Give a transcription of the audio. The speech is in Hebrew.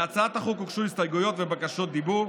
להצעת החוק הוגשו הסתייגויות ובקשות רשות דיבור.